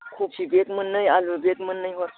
खबि बेग मोननै आलु बेग मोननै हर